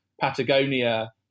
Patagonia